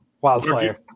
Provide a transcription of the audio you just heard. Wildfire